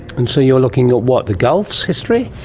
and so you're looking at. what? the gulf's history?